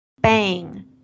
Bang